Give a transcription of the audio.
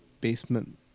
Basement